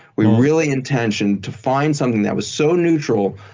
we really intentioned to find something that was so neutral,